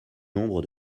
nombre